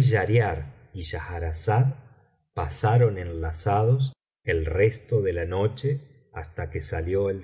sus brazos y pasaron enlazados el resto de la noche hasta que llegó la